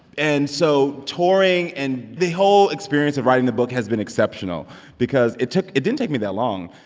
and so touring and the whole experience of writing the book has been exceptional because it took it didn't take me that long.